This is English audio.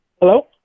Hello